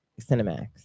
Cinemax